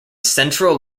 central